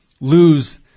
lose